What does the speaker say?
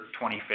25th